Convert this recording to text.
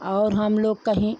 और हम लोग कहीं